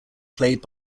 played